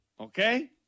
Okay